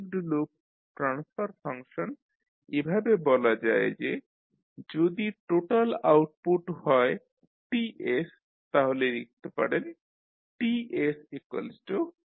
closed loop transfer function এভাবে বলা যায় যে যদি টোটাল আউটপুট হয় T তাহলে লিখতে পারেন TYU